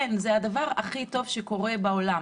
זה הדבר הכי טוב שקורה בעולם